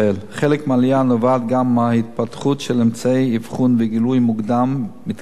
חלק מהעלייה נובע גם מהתפתחות של אמצעי אבחון וגילוי מוקדם מתקדמים